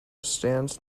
stands